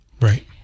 Right